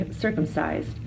circumcised